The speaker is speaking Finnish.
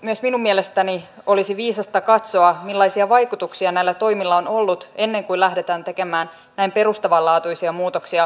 myös minun mielestäni olisi viisasta katsoa millaisia vaikutuksia näillä toimilla on ollut ennen kuin lähdetään tekemään näin perustavanlaatuisia muutoksia koko järjestelmään